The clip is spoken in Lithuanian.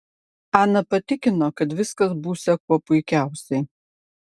ana patikino kad viskas būsią kuo puikiausiai